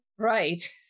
Right